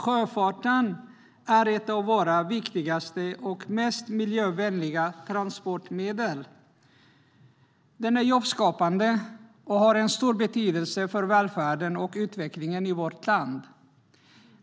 Sjöfarten är ett av våra viktigaste och mest miljövänliga transportmedel. Den är jobbskapande och har en stor betydelse för välfärden och utvecklingen i vårt land.